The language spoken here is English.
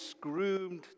groomed